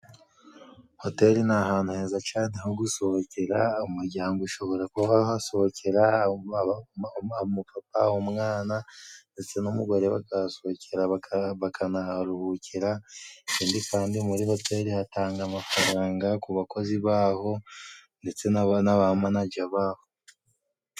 Hoteli ni ahantu heza cane ho gusohokera, umuryango ushobora kuba hasohokera, umupapa, umwana ndetse n'umugore bakasohokera bakanaharuhukira, ikindi kandi muri hoteli hatanga amafaranga ku bakozi baho ndetse na ba manaja baho.